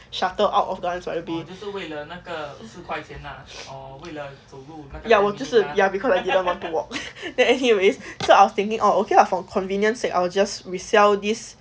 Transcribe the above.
shuttle out of gardens by the bay ya 我就是 ya because I didn't want to walk then anyways so I was thinking oh okay lah for convenience sake I will just resell this